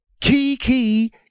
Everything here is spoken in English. Kiki